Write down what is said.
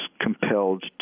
compelled